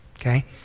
okay